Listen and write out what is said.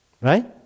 right